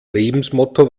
lebensmotto